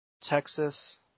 Texas